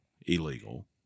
illegal